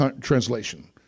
translation